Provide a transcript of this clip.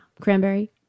Cranberry